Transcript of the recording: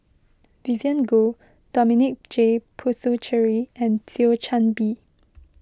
Vivien Goh Dominic J Puthucheary and Thio Chan Bee